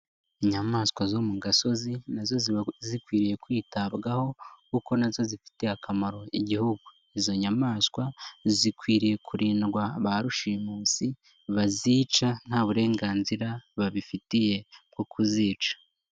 Inyamaswa zo mu gasozi na zo ziba zikwiriye kwitabwaho kuko na zo zifitiye akamaro igihugu. Izo nyamaswa zikwiriye kurindwa ba rushimusi bazica nta burenganzira babifitiye bwo kuzica.